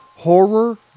horror